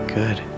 good